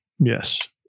yes